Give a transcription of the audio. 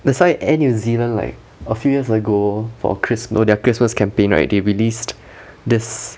that's why end new zealand like a few years ago for chris~ you know their christmas campaign right they released this